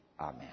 Amen